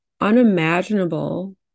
unimaginable